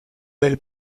del